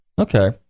Okay